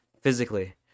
physically